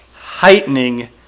heightening